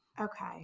Okay